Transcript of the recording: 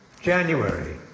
January